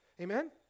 Amen